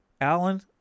Alan